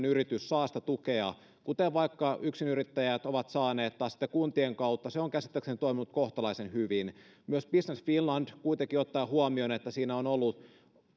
yritys saa sitä tukea kuten vaikka yksinyrittäjät ovat saaneet taas sitten kuntien kautta mikä on käsittääkseni toiminut kohtalaisen hyvin myös business finland kuitenkin ottaen huomioon että siinä on ollut